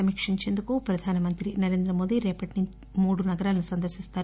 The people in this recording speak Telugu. సమీక్షించేందుకు ప్రధాన మంత్రి నరేంద్ర మోదీ రేపటినుంచి మూడు నగరాలను సందర్పిస్తారు